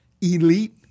elite